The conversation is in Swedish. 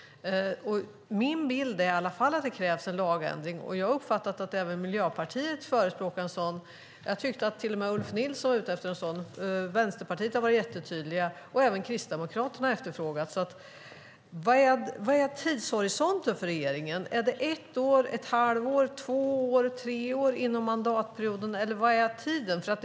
Min bild är i alla fall att det krävs en lagändring. Jag har uppfattat att även Miljöpartiet förespråkar en sådan. Jag tyckte att till och med Ulf Nilsson var ute efter en sådan. Vänsterpartiet har varit jättetydligt och även Kristdemokraterna har efterfrågat detta. Vilken är tidshorisonten för regeringen? Är det ett år, ett halvår, två år, tre år, inom mandatperioden eller vad är det för tid som gäller?